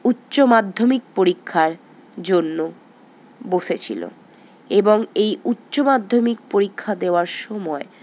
উচ্চ মাধ্যমিক পরীক্ষার জন্য বসেছিলো এবং এই উচ্চ মাধ্যমিক পরীক্ষা দেওয়ার সময়